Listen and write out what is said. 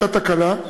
הייתה תקלה,